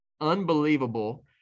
unbelievable